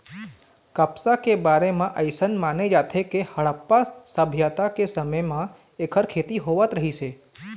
कपसा के बारे म अइसन माने जाथे के हड़प्पा सभ्यता के समे म एखर खेती होवत रहिस हे